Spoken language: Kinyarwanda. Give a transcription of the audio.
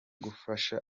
gufasha